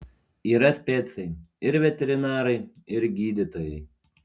yra specai ir veterinarai ir gydytojai